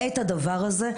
את הדבר הזה.